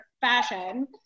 fashion